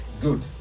Good